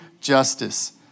justice